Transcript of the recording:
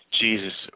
Jesus